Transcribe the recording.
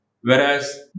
Whereas